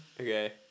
Okay